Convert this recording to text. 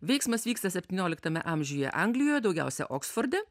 veiksmas vyksta septynioliktame amžiuje anglijoje daugiausia oksforde